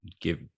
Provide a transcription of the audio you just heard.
Give